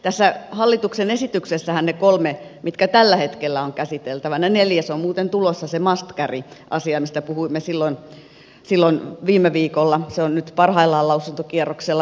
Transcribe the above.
tässä hallituksen esityksessähän on kolme asiaa mitkä tällä hetkellä ovat käsiteltävänä neljäs on muuten tulossa se must carry asia mistä puhuimme silloin viime viikolla se on nyt parhaillaan lausuntokierroksella